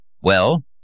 Well